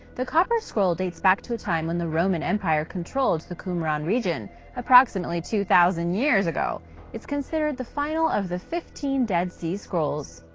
the copper scroll dates back to a time when the roman empire controlled the qumran region approximately two thousand years. it's considered the final of the fifteen dead sea scrolls.